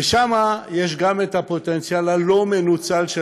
ושם יש גם את הפוטנציאל הלא-מנוצל של